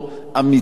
ממלכתי,